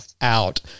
out